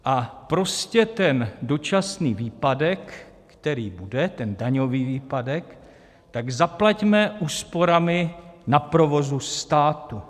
A prostě ten dočasný výpadek, který bude, ten daňový výpadek, zaplaťme úsporami na provozu státu.